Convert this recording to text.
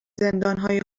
زندانهای